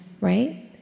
right